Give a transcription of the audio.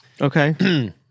okay